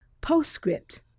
Postscript